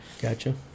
Gotcha